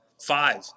five